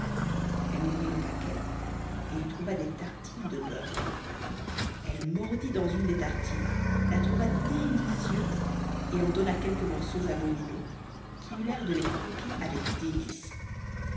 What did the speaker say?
elle ouvrit le paquet et y trouva des tartines du beurre elle mordit dans une des tartines la trouva délicieuse et en donna quelques morceaux à beau minon qui eut l'air de les croquer avec délices